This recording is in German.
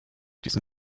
diesen